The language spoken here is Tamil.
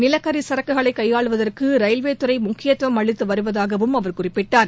நிலக்கரி சரக்குகளை கையாளுவதற்கு ரயில்வே துறை முக்கியத்துவம் அளித்து வருவதாகவும் அவர் கூறினார்